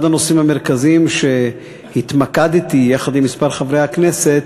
אחד הנושאים המרכזיים שהתמקדתי בהם יחד עם כמה חברי כנסת